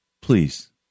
please